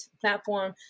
platform